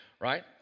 right